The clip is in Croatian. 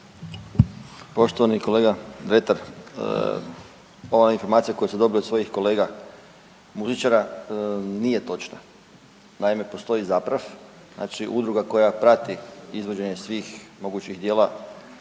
Poštovani kolega Dretar. Ova informacija koju ste dobili od svojih kolega muzičara nije točna. Naime, postoji ZAPRAF udruga koja prati izvođenje svih mogućih djela